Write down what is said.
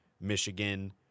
Michigan